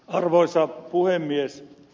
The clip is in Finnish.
arvoisa puhemies